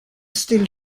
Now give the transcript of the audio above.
still